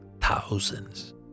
thousands